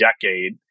decade